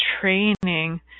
training